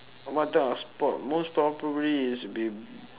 what type of sport most probably it's b~